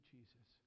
Jesus